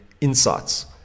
Insights